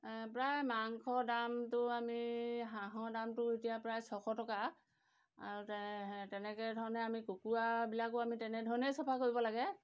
প্ৰায় মাংস দামটো আমি হাঁহৰ দামটো এতিয়া প্ৰায় ছশ টকা আৰু তেনেকৈ ধৰণে আমি কুকুৰাবিলাকো আমি তেনেধৰণেই চফা কৰিব লাগে